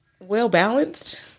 well-balanced